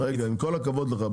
עם כל הכבוד לך,